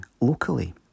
locally